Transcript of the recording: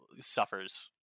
suffers